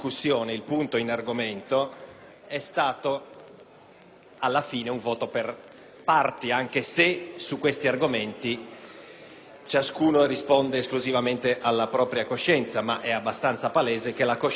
alla fine, un voto per parti; anche se su questi argomenti ciascuno risponde esclusivamente alla propria coscienza, è abbastanza palese che la coscienza si è ripartita a secondo degli schieramenti.